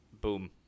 boom